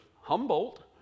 humboldt